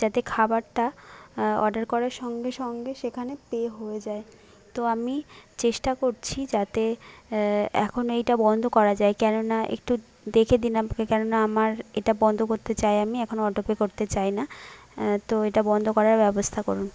যাতে খাবারটা অর্ডার করার সঙ্গে সঙ্গে সেখানে পে হয়ে যায় তো আমি চেষ্টা করছি যাতে এখন এইটা বন্ধ করা যায় কেন না একটু দেখে দিন আপনি কেন না আমার এটা বন্ধ করতে চাই আমি এখন অটোপে করতে চাই না তো এটা বন্ধ করার ব্যবস্থা করুন